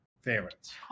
favorites